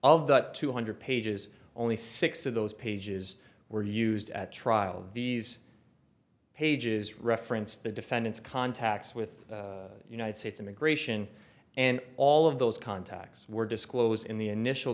tuesday of the two hundred pages only six of those pages were used at trial v's pages reference the defendant's contacts with united states immigration and all of those contacts were disclosed in the initial